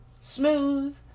smooth